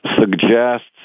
suggests